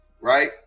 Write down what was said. right